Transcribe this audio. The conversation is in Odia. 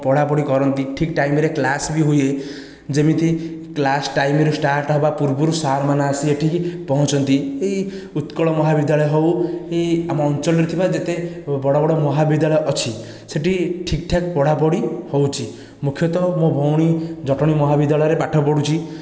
ପଢ଼ାପଢ଼ି କରନ୍ତି ଠିକ୍ ଟାଇମ୍ରେ କ୍ଲାସ୍ ବି ହୁଏ ଯେମିତି କ୍ଲାସ୍ ଟାଇମ୍ରେ ଷ୍ଟାର୍ଟ ହେବା ପୂର୍ବରୁ ସାର୍ମାନେ ଆସି ଏଠିକି ପହଞ୍ଚନ୍ତି ଏଇ ଉତ୍କଳ ମହାବିଦ୍ୟାଳୟ ହେଉ ଏ ଆମ ଅଞ୍ଚଳରେ ଥିବା ଯେତେ ବଡ଼ବଡ଼ ମହାବିଦ୍ୟାଳୟ ଅଛି ସେଠି ଠିକ୍ଠାକ୍ ପଢ଼ାପଢ଼ି ହେଉଛି ମୁଖ୍ୟତଃ ମୋ' ଭଉଣୀ ଜଟଣି ମହାବିଦ୍ୟାଳୟରେ ପାଠ ପଢ଼ୁଛି